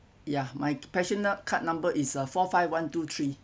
it's uh four five one two three